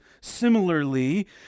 similarly